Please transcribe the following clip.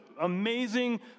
amazing